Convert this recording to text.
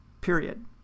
Period